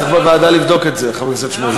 צריך בוועדה לבדוק את זה, חבר הכנסת שמולי.